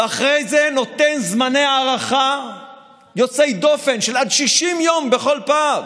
ואחרי זה נותן זמני הארכה יוצאי דופן של עד 60 יום בכל פעם.